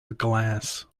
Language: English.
glass